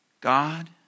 God